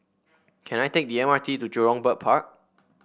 can I take the M R T to Jurong Bird Park